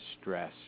stress